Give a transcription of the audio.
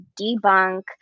debunk